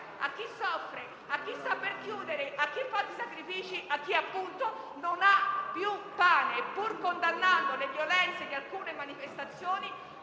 a chi soffre, a chi sta per chiudere, a chi fa sacrifici e a chi non ha più pane). Pur condannando le violenze di alcune manifestazioni,